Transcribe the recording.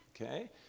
Okay